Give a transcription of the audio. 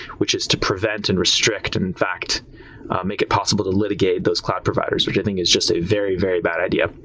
which is to prevent and restrict and in fact make it possible to litigate those cloud providers, which i think is just a very, very bad idea.